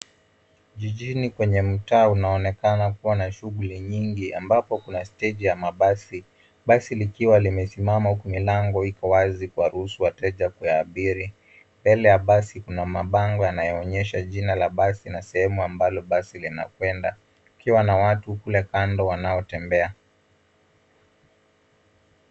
Jijini kwenye mtaa unaoenkana kuwa na shuguli nyingi ambapo kuna steji ya mabasi, basi likiwa limesimama huku milango iko wazi kuwaruhusu wateja kuyaabiri. Mbele ya basi kuna mabango yanayoonyesha jina la basi na sehemu amblo basi linakwenda kukiwa na watu kule kando wanaotembea.